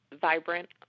vibrant